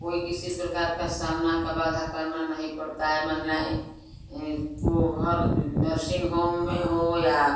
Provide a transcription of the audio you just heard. कोई किसी प्रकार का सामना का बाधा करना नहीं पड़ता है महिलाएँ को हर नर्शिंग होम में हो या